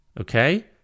Okay